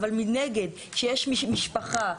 אבל מנגד כשיש משפחה,